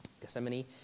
Gethsemane